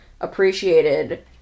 appreciated